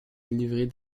livrée